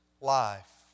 life